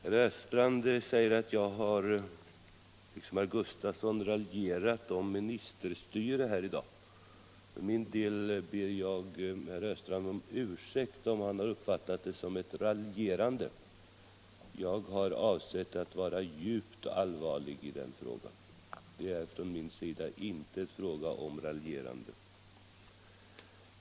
Herr talman! Herr Östrand säger att jag liksom herr Sven Gustafson i Göteborg har raljerat om ministerstyre här i dag. För min del ber jag herr Östrand om ursäkt om han har uppfattat det som ett raljerande. Jag har avsett att vara djupt allvarlig i den frågan. Det är från min sida inte fråga om något raljerande.